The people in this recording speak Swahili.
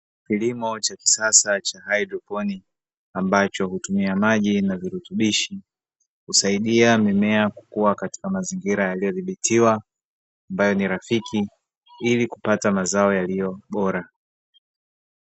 Kilimo cha kisasa cha haidroponi ambacho hutumia maji na virutubishi kusaidia mimea kukua katika mazingira yaliyodhibitiwa ambayo ni rafiki ili kupata mazao yaliyo bora.